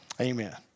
Amen